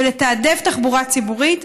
ולהעדיף תחבורה ציבורית,